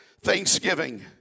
Thanksgiving